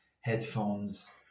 headphones